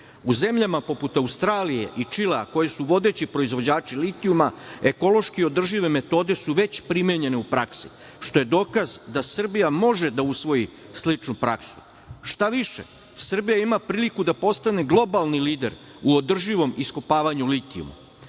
U zemljama poput Australije i Čilea koje su vodeći proizvođači litijuma ekološki održive metode su već primenjene u praksi, što je dokaz da Srbija može da usvoji sličnu praksu. Šta više, Srbija ima priliku da postane globalni lider u održivom iskopavanju litijuma.